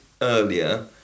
earlier